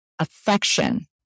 Affection